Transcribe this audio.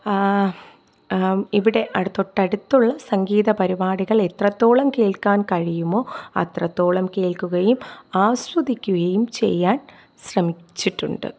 ഇവിടെ അടുത്ത് തൊട്ടടുത്തുള്ള സംഗീത പരിപാടികൾ എത്രത്തോളം കേൾക്കാൻ കഴിയുമോ അത്രത്തോളം കേൾക്കുകയും ആസ്വദിക്കുകയും ചെയ്യാൻ ശ്രമിച്ചിട്ടുണ്ട്